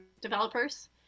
developers